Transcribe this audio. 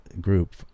group